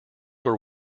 were